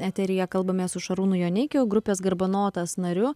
eteryje kalbamės su šarūnu joneikiu grupės garbanotas nariu